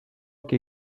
que